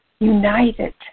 United